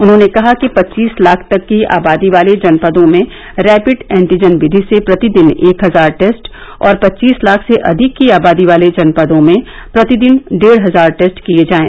उन्होंने कहा कि पच्चीस लाख तक की आबादी वाले जनपदों में रैपिड एन्टीजन विधि से प्रतिदिन एक हजार टेस्ट और पच्चीस लाख से अधिक की आबादी वाले जनपदों में प्रतिदिन डेढ हजार टेस्ट किए जाएं